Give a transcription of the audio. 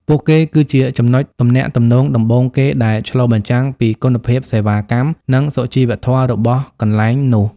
ពួកគេគឺជាចំណុចទំនាក់ទំនងដំបូងគេដែលឆ្លុះបញ្ចាំងពីគុណភាពសេវាកម្ម និងសុជីវធម៌របស់កន្លែងនោះ។